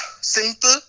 simple